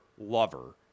lover